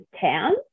town